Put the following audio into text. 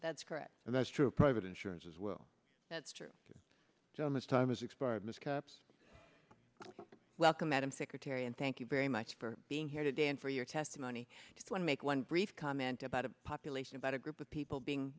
that's correct and that's true private insurance as well that's true so much time has expired ms cups welcome madam secretary and thank you very much for being here today and for your testimony to one make one brief comment about a population about a group of people being